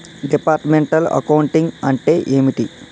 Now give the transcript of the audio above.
Departmental accounting అంటే ఏమిటి?